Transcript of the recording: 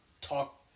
talk